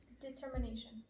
Determination